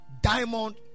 diamond